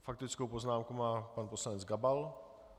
Faktickou poznámku má pan poslanec Gabal.